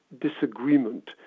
disagreement